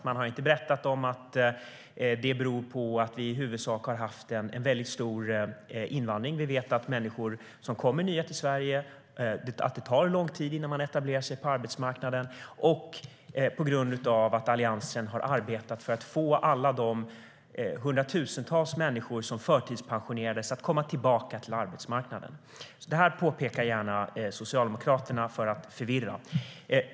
De har inte berättat att det i huvudsak beror på att vi har haft en väldigt stor invandring - vi vet att det tar lång tid för människor som kommer nya till Sverige att etablera sig på arbetsmarknaden - och på att Alliansen har arbetat för att få alla de hundratusentals människor som förtidspensionerades att komma tillbaka till arbetsmarknaden. Det här påpekar gärna Socialdemokraterna för att förvirra.